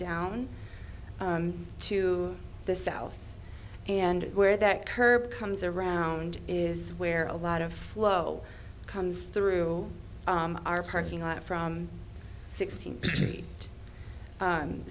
down to the south and where that curb comes around is where a lot of flow comes through our parking lot from sixteenth street